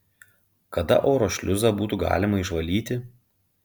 kada oro šliuzą būtų galima išvalyti